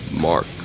Mark